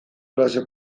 klase